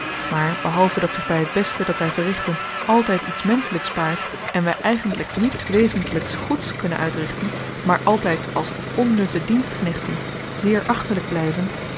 maar behalve dat zich bij het beste dat wij verrichten altijd iets menschelijks paart en wij eigentlijk niets wezentlijks goeds kunnen uitrichten maar altijd als onnutte dienstknechten zeer achterlijk blijven